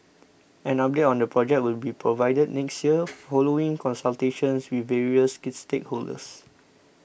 an update on the project will be provided next year following consultations with various stakeholders